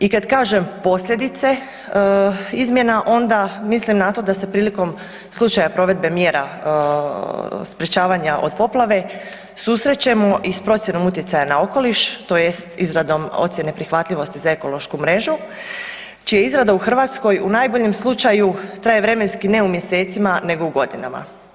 I kad kažem posljedice izmjena onda mislim na to da se prilikom slučaja provedbe mjera sprječavanja od poplave susrećemo i s procjenom utjecaja na okoliš tj. izradom ocjene prihvatljivosti za ekološku mrežu čija izrada u Hrvatskoj u najboljem slučaju traje vremenski ne u mjesecima, nego u godinama.